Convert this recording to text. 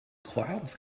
clouds